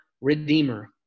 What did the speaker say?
redeemer